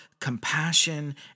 compassion